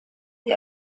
sie